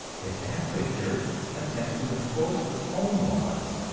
the catholic church attempts to enforce its own laws,